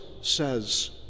says